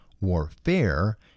Warfare